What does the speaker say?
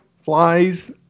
flies